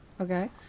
Okay